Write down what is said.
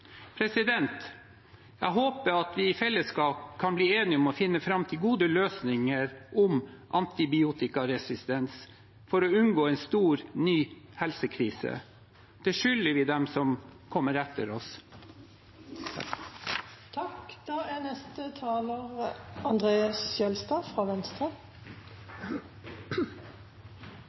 Jeg håper at vi i fellesskap kan bli enige om å finne fram til gode løsninger for antibiotikaresistens, for å unngå en stor, ny helsekrise. Det skylder vi dem som kommer etter